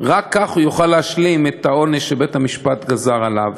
רק כך הוא יוכל להשלים את העונש שבית-המשפט גזר עליו.